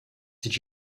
did